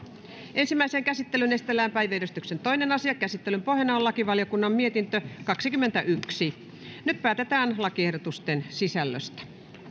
ensimmäiseen käsittelyyn esitellään päiväjärjestyksen toinen asia käsittelyn pohjana on lakivaliokunnan mietintö kaksikymmentäyksi nyt päätetään lakiehdotusten sisällöstä